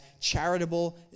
charitable